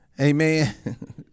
Amen